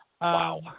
Wow